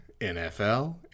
NFL